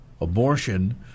abortion